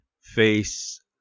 face